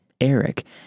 Eric